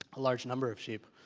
a large number of sheep.